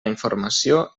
informació